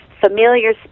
familiar